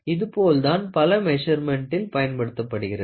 இதுபோல் தான் பல மெசர்மென்ட் இல் பயன்படுகிறது